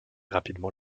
rapidement